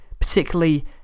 particularly